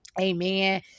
amen